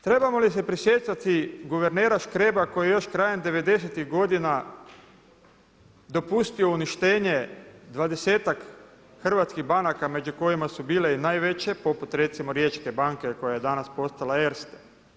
Trebamo li se prisjećati guvernera Škreba koji je još krajem '90.-ih godina dopustio uništenje 20-ak hrvatskih banaka među kojima su bile i najveće poput recimo Riječke banke koja je danas postala Erste?